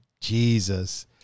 Jesus